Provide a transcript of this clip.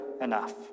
enough